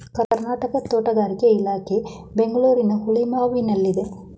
ಕರ್ನಾಟಕ ತೋಟಗಾರಿಕೆ ಇಲಾಖೆ ಬೆಂಗಳೂರಿನ ಹುಳಿಮಾವಿನಲ್ಲಿದೆ